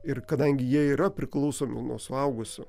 ir kadangi jie yra priklausomi nuo suaugusių